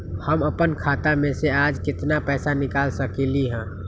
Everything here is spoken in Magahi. हम अपन खाता में से आज केतना पैसा निकाल सकलि ह?